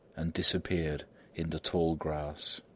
and disappeared in the tall grass.